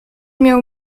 miał